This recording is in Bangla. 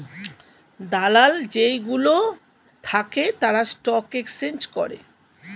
দালাল যেই গুলো থাকে তারা স্টক এক্সচেঞ্জ করে